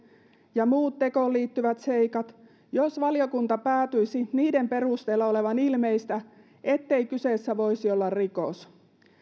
ja muut tekoon liittyvät seikat jos valiokunta päätyisi niiden perusteella olevan ilmeistä ettei kyseessä voisi olla rikos